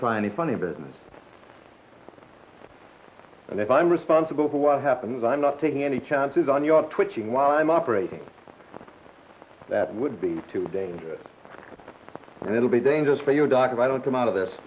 try any funny business and if i'm responsible for what happens i'm not taking any chances on your twitching while i'm operating that would be too dangerous and it'll be dangerous for you doc if i don't come out of this